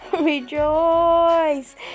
Rejoice